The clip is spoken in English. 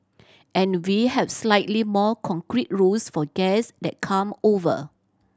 and we have slightly more concrete rules for guests that come over